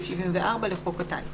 אדוני.